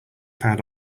pad